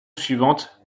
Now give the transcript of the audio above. suivante